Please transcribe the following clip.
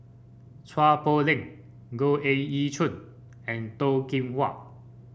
Chua Poh Leng Goh Ee Choo and Toh Kim Hwa